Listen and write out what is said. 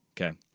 Okay